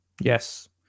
Yes